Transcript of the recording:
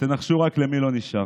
ותנחשו למי לא נשאר?